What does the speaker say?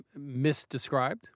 misdescribed